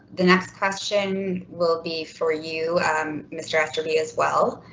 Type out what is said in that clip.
the next question will be for you and mr. aster be as well.